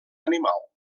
animal